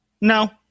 No